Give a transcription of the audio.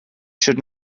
should